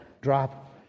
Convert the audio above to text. drop